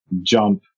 jump